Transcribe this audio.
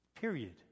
Period